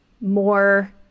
more